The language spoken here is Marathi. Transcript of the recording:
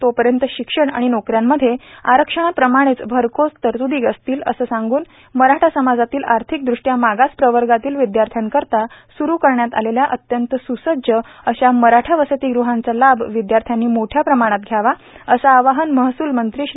तोपर्यत शिक्षण आणि नोकऱ्यांमध्ये आरक्षणाप्रमाणेच भरघोस तरतुदी असतील असं सांगून मराठा समाजातील आर्थिक दृष्ट्या मागास प्रवर्गातील विद्यार्थ्यांकरिता स्रुरू करण्यात आलेल्या अत्यंत स्रुसज्ज अशा मराठा वसतिगृहांचा लाभ विद्यार्थ्यांनी मोठ्या प्रमाणात घ्यावा असं आवाहन महसूल मंत्री श्री